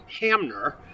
Hamner